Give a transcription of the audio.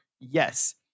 Yes